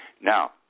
Now